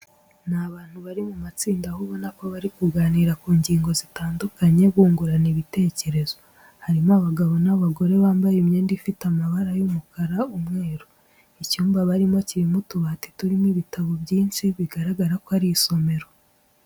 Ni abantu bari mu matsinda aho ubona ko bari kuganira ku ngingo zitandukanye bungurana ibitekerezo. Harimo abagabo n'abagore bambaye imyenda ifite amabara y'umukara, umweru. Icyumba barimo kirimo utubati turimo ibitabo byinshi bigaragara ko ari isomero.